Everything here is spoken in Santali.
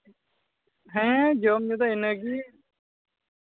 ᱦᱮᱸ ᱡᱚᱢ ᱧᱩ ᱫᱚ ᱤᱱᱟᱹ ᱜᱮ